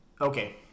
Okay